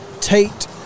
Tate